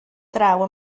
draw